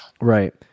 Right